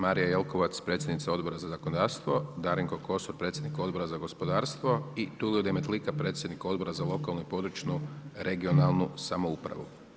Marija Jelkovac, predsjednica Odbora za zakonodavstvo, Darinko Kosor, predsjednik Odbora za gospodarstvo i Tulio Demetlika, predsjednik Odbora za lokalnu i područnu (regionalnu) samoupravu.